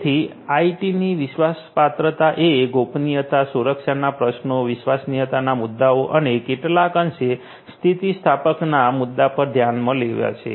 તેથી આઇટીની વિશ્વાસપાત્રતા એ ગોપનીયતા સુરક્ષાના પ્રશ્નો વિશ્વસનીયતાના મુદ્દાઓ અને કેટલાક અંશે સ્થિતિસ્થાપકતાના મુદ્દા પણ ધ્યાનમાં લેશે